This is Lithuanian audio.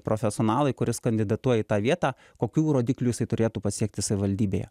profesionalui kuris kandidatuoja į tą vietą kokių rodiklių jisai turėtų pasiekti savivaldybėje